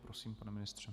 Prosím, pane ministře.